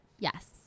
Yes